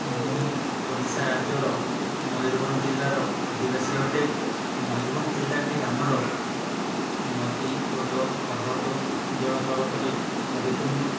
ମୁଁ ଓଡ଼ିଶା ରାଜ୍ୟର ମୟୂରଭଞ୍ଜ ଜିଲ୍ଲାର ଅଧିବାସୀ ଅଟେ ମୟୂରଭଞ୍ଜ ଜିଲ୍ଲାଟି ଆମର ନଦୀ ହ୍ରଦ ପର୍ବତ ଜଳ ପର୍ବତରେ ପରିପୂର୍ଣ୍ଣ